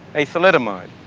a thalidomide.